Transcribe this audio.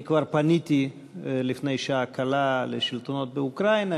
כבר פניתי לפני שעה קלה לשלטונות באוקראינה,